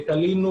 תלינו